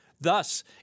Thus